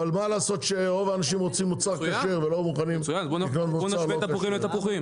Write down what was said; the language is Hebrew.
אבל מה לעשות שרוב האנשים רוצים מוצר כשר ולא מוכנים לקנות מוצר לא כשר?